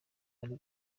uri